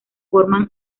forman